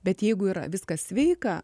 bet jeigu yra viskas sveika